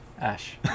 Ash